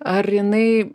ar jinai